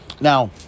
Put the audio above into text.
now